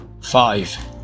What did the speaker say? Five